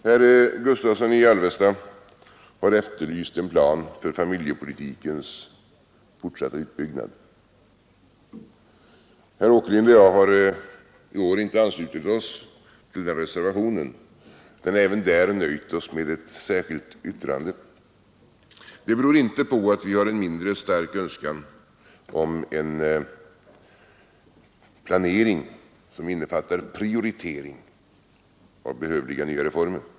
Herr Gustavsson i Alvesta har efterlyst en plan för familjepolitikens fortsatta utbyggnad. Herr Åkerlind och jag har i år inte anslutit oss till den reservationen utan även i det sammanhanget nöjt oss med ett särskilt yttrande. Det beror inte på att vi har en mindre stark önskan om en planering som innefattar prioritering av behövliga nya reformer.